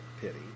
pity